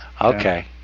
Okay